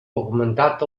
augmentat